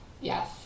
Yes